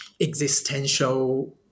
existential